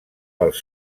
pels